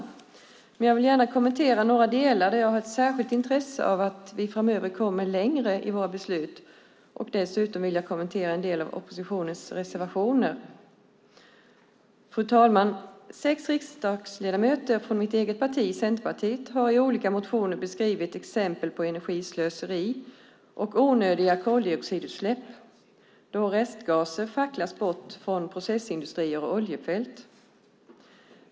Jag vill dock gärna kommentera några delar där jag har ett särskilt intresse av att vi framöver kommer längre i våra beslut, och dessutom vill jag kommentera en del av oppositionens reservationer. Fru talman! Sex riksdagsledamöter från mitt eget parti, Centerpartiet, har i olika motioner gett exempel på energislöseri och onödiga koldioxidutsläpp då restgaser facklas bort från processindustrier och oljefält.